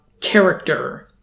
character